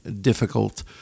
difficult